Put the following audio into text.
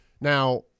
Now